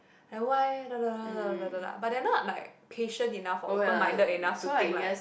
like why but they're not like patient enough or open minded enough to think like